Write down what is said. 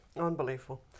Unbelievable